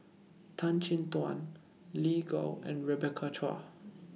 Tan Chin Tuan Lin Gao and Rebecca Chua